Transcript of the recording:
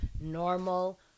normal